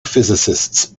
physicists